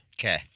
Okay